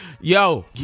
yo